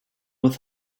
with